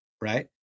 Right